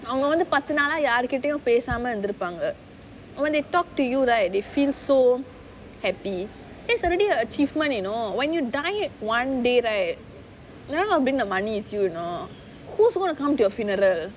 அவங்க வந்து பாத்து நாளா யாரு கிட்டயும் பேசாம இருந்து இருப்பாங்க:avanga vanthu paathu naalaa yaaru kitayum pesaama irunthu irupaanga when they talk to you right they feel so happy that already a achievement you know when you die one day right none of the money is with you you know who is going to come to your funeral